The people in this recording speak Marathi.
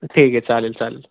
ठीक आहे चालेल चालंल